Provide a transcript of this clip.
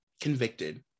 convicted